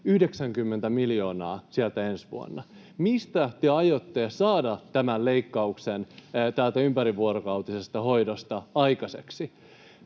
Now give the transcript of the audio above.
90 miljoonaa ensi vuonna. Mistä te aiotte saada aikaiseksi tämän leikkauksen täältä ympärivuorokautisesta hoidosta? Toisaalta